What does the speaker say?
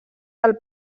del